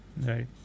Right